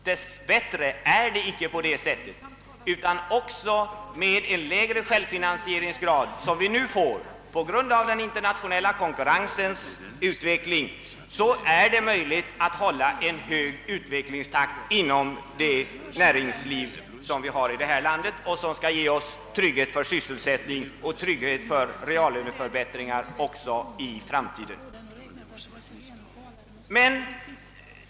Dessbättre är det inte så. Också med en lägre självfinansieringsgrad, som vi nu får på grund av den internationella konkurrensen, är det möjligt att hålla en hög utvecklingstakt inom näringslivet, som ger oss trygghet för sysselsättning och reallöneförbättringar även i framtiden.